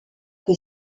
que